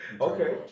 Okay